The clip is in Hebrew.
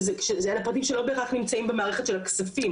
שזה פרטים שלא בהכרח נמצאים במערכת של הכספים